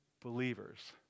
believers